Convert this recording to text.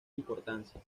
importancia